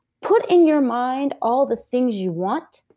put in your mind all the things you want,